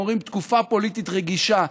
הם אומרים: תקופה פוליטית רגישה.